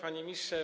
Panie Ministrze!